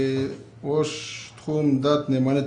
ראש תחום דת ומדינה,